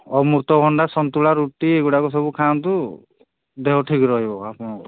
ଆମୃତଭଣ୍ଡା ସନ୍ତୁଳା ରୁଟି ଏଗୁଡ଼ାକ ସବୁ ଖାଆନ୍ତୁ ଦେହ ଠିକ ରହିବ ଆପଣଙ୍କର